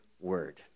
word